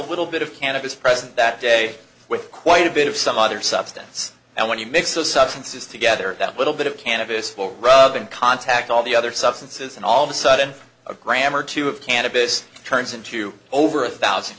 little bit of cannabis present that day with quite a bit of some other substance and when you mix so substances together that little bit of cannabis will rub and contact all the other substances and all of a sudden a grammar two of cannabis turns into over a thousand